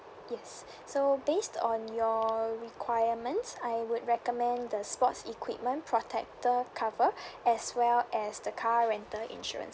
yes so based on your requirements I would recommend the sports equipment protector cover as well as the car rental insurance